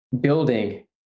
building